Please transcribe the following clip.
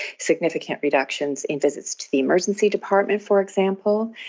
significant reductions in visits to the emergency department, for example.